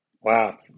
Wow